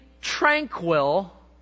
tranquil